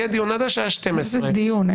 יהיה דיון עד השעה 12:00. איזה דיון?